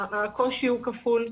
הקושי הוא כפול,